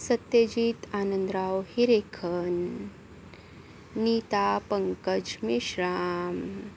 Satyajit Anandrao Hirekhan Neeta Pankaj Meshram